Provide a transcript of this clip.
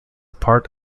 part